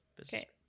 okay